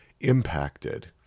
impacted